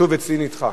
נדחה.